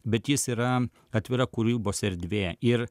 bet jis yra atvira kūrybos erdvė ir